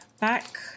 back